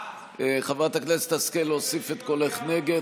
חברת הכנסת השכל, להוסיף את קולך נגד.